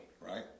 right